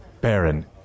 Baron